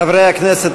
חברי הכנסת,